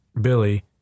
Billy